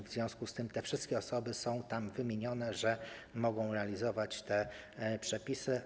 W związku z tym te wszystkie osoby, które są tam wymienione, mogą realizować te przepisy.